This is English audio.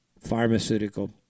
pharmaceutical